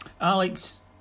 Alex